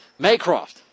Maycroft